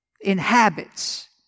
inhabits